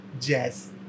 jazz